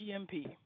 GMP